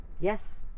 Yes